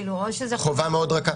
זאת חובה מאוד רכה.